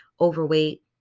overweight